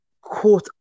caught